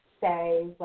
say